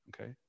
Okay